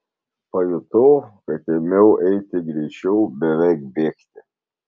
pajutau kad ėmiau eiti greičiau beveik bėgti